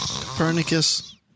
Copernicus